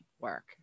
work